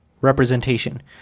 representation